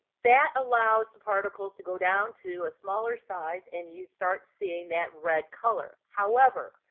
that allows the particles to go down to a smaller size and you start seeing that red color. however,